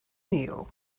meal